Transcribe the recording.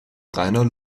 reiner